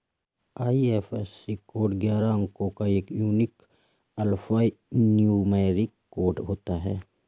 IFSC code ग्यारह अंको का एक यूनिक अल्फान्यूमैरिक कोड होता है